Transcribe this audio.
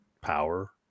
power